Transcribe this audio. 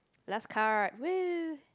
last card !whoo!